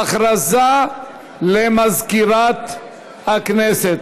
הודעה למזכירת הכנסת.